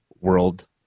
world